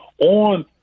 on